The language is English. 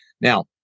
Now